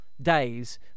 Days